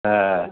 হ্যাঁ